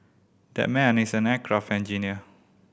that man is an aircraft engineer